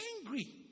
Angry